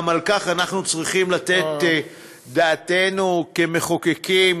וגם על כך אנחנו צריכים לתת דעתנו כמחוקקים,